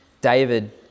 David